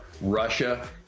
Russia